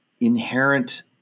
inherent